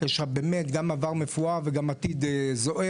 יש לך באמת גם עבר מפואר וגם עתיד זוהר,